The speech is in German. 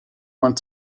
man